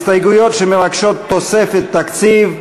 הסתייגויות שמבקשות תוספת תקציב.